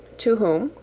to whom,